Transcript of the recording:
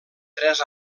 tres